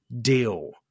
deal